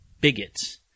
Bigots